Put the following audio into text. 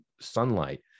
sunlight